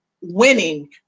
winning